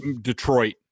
Detroit